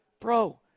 Bro